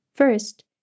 First